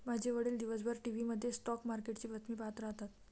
माझे वडील दिवसभर टीव्ही मध्ये स्टॉक मार्केटची बातमी पाहत राहतात